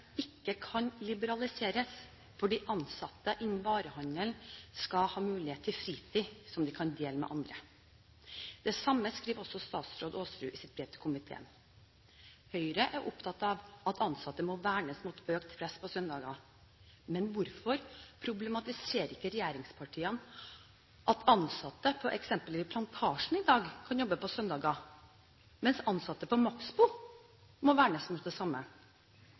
ikke kan liberaliseres, fordi de ansatte innen varehandelen skal ha mulighet til fritid som de kan dele med andre. Det samme skriver også statsråd Aasrud i sitt brev til komiteen. Høyre er opptatt av at ansatte må vernes mot økt press på søndager, men hvorfor problematiserer ikke regjeringspartiene at ansatte på eksempelvis Plantasjen i dag kan jobbe på søndager, mens ansatte på Maxbo må vernes mot det samme?